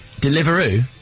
Deliveroo